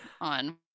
on